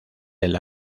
del